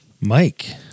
Mike